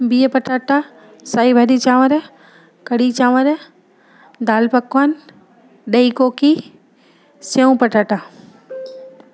भीह पटाटा साई भाॼी चांवर कढ़ी चांवर दालि पकवान ॾई कोकी सेउं पटाटा